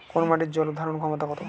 কোন মাটির জল ধারণ ক্ষমতা কম?